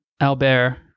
Albert